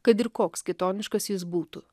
kad ir koks kitoniškas jis būtų